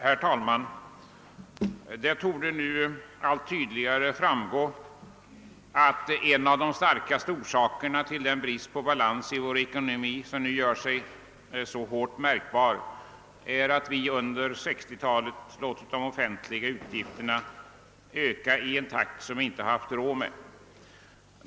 Herr talman! Det torde nu allt tydligare framgå, att en av de viktigaste orsakerna till den så starkt märkbara bris ten på balans i vår ekonomi är att vi under 1960-talet låtit de offentliga utgifterna öka i en takt som vi inte haft råd med.